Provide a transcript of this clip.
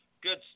good